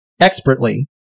expertly